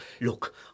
look